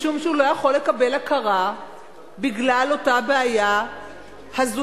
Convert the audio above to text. משום שהוא לא יכול לקבל הכרה בגלל אותה בעיה הזויה,